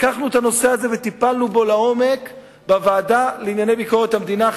לקחנו את הנושא הזה וטיפלנו בו לעומק בוועדה לענייני ביקורת המדינה.